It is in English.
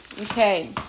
Okay